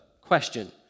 question